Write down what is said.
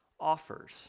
Offers